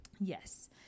Yes